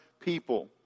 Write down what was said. people